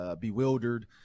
bewildered